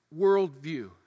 worldview